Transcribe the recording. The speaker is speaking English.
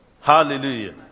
Hallelujah